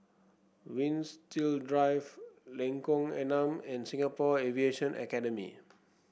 Winstedt Drive Lengkong Enam and Singapore Aviation Academy